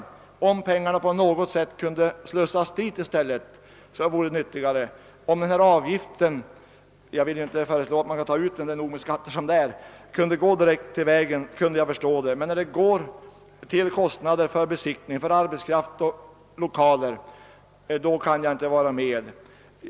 Om pengarna på något sätt kunde slussas över till ett sådant ändamål vore det nyttigare. Om denna avgift — jag vill naturligtvis inte föreslå att den skall tas ut, det är nog med skatter som det är — kunde gå direkt till vägarna kunde jag acceptera den. Men när den går till att betala kostnaderna för besiktning, arbetskraft och 1okaler kan jag inte vara med.